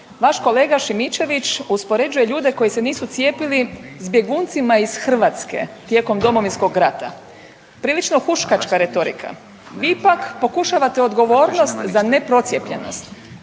vaš kolega Šimičević uspoređuje ljude koji se nisu cijepili s bjeguncima iz Hrvatske tijekom Domovinskog rata. Prilično huškačka retorika. Vi pak pokušavate odgovornost za ne procijepljenost